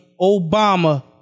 Obama